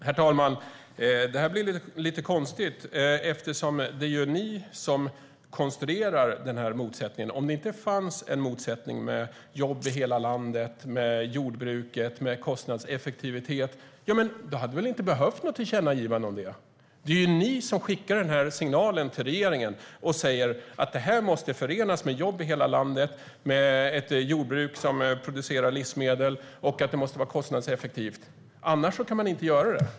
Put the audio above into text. Herr talman! Det blir lite konstigt. Det är ju ni som konstruerar den här motsättningen. Om det inte fanns en motsättning med jobb i hela landet, med jordbruket och med kostnadseffektivitet, då hade ni väl inte behövt något tillkännagivande om det? Det är ju ni som skickar den här signalen till regeringen och säger att detta måste förenas med jobb i hela landet och med ett jordbruk som producerar livsmedel och att det måste vara kostnadseffektivt - annars kan man inte göra det.